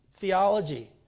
theology